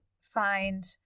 find